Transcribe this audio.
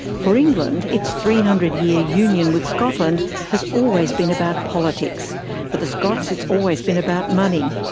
for england, its three hundred year union with scotland has always been about politics for the scots, it's always been about money.